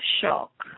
shock